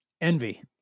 Envy